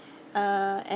uh